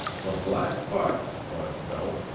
the black buck, bud felt,